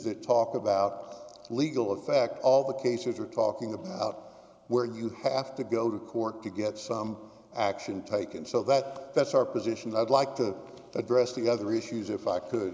that talk about legal affect all the cases we're talking about where you have to go to court to get some action taken so that that's our position i'd like to address the other issues if i could